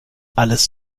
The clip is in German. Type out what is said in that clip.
alles